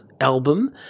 album